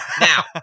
Now